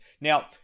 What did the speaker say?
Now